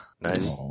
Nice